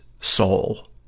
soul